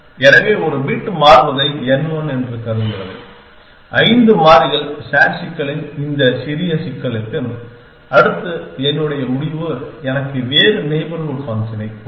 எனவே ஒரு பிட் மாறுவதை n1 என்று கூறுகிறது ஐந்து மாறிகள் SAT சிக்கலின் இந்த சிறிய சிக்கலுக்கு அடுத்த என்னுடைய முடிவு எனக்கு வேறு நெய்பர்ஹூட் ஃபங்க்ஷனைக் கொடுக்கும்